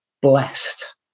blessed